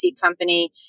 company